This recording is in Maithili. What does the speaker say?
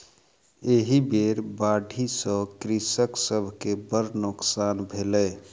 एहि बेर बाढ़ि सॅ कृषक सभ के बड़ नोकसान भेलै